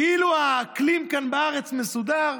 כאילו האקלים כאן בארץ מסודר,